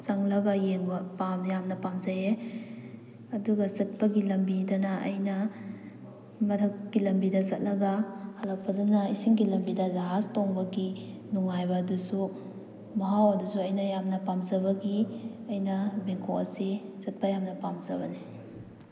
ꯆꯪꯂꯒ ꯌꯦꯡꯕ ꯌꯥꯝꯅ ꯄꯥꯝꯖꯩꯌꯦ ꯑꯗꯨꯒ ꯆꯠꯄꯒꯤ ꯂꯝꯕꯤꯗꯅ ꯑꯩꯅ ꯃꯊꯛꯀꯤ ꯂꯝꯕꯤꯗ ꯆꯠꯂꯒ ꯍꯜꯂꯛꯄꯗꯅ ꯏꯁꯤꯡꯒꯤ ꯂꯝꯕꯤꯗ ꯖꯍꯥꯖ ꯇꯣꯡꯕꯒꯤ ꯅꯨꯡꯉꯥꯏꯕ ꯑꯗꯨꯁꯨ ꯃꯍꯥꯎ ꯑꯗꯨꯁꯨ ꯑꯩꯅ ꯌꯥꯝꯅ ꯄꯥꯝꯖꯕꯒꯤ ꯑꯩꯅ ꯕꯦꯡꯀꯣꯛ ꯑꯁꯤ ꯆꯠꯄ ꯌꯥꯝꯅ ꯄꯥꯝꯖꯕꯅꯤ